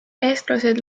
eestlased